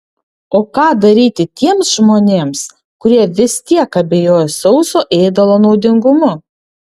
o ką daryti tiems žmonėms kurie vis tiek abejoja sauso ėdalo naudingumu